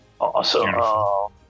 Awesome